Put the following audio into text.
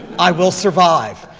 i will survive.